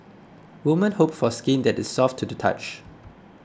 woman hope for skin that is soft to the touch